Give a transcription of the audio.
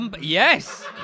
Yes